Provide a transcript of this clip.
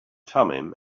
thummim